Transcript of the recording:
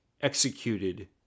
executed